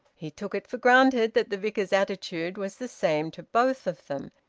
he took it for granted that the vicar's attitude was the same to both of them,